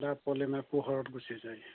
পোহৰত গুচি যায়